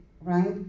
right